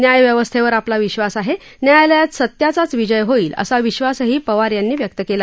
न्यायव्यवस्थेवर आपला विश्वास आहे न्यायालयात सत्याचाच विजय होईल असा विश्वासही पवार यांनी व्यक्त केला